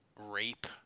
rape